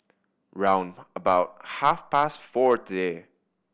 round about half past four today